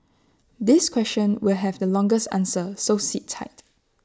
this question will have the longest answer so sit tight